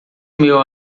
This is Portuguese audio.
meu